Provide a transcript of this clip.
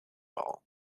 all